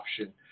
option